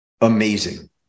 amazing